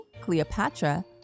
Cleopatra